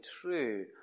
true